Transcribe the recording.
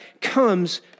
comes